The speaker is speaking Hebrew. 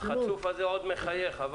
החצוף הזה עוד מחייך.